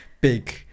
big